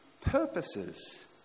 purposes